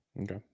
Okay